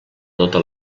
tota